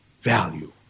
value